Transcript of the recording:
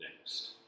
next